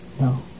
No